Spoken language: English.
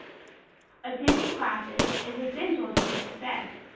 attending class is is essential to your success!